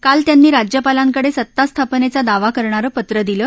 काल त्यांनी राज्यपालांकडे सत्तास्थापनेचा दावा करणारं पत्र दिलं